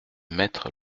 maîtres